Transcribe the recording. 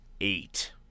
eight